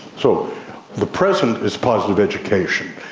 so the present is positive education,